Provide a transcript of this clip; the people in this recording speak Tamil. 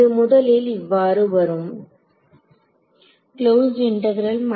இது முதலில் இவ்வாறு வரும் மற்றும்